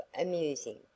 amusing